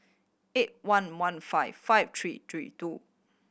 eight one one five five three three two